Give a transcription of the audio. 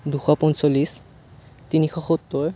দুশ পঞ্চল্লিছ তিনিশ সত্তৰ